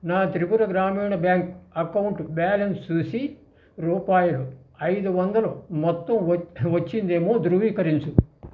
నా త్రిపుర గ్రామీణ bank account balance సూసి రూపాయలు ఐదు వందలు మొత్తం వచ్ వచ్చిందేమో ధృవీకరించు